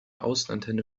außenantenne